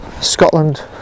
Scotland